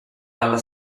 alla